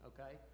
Okay